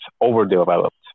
overdeveloped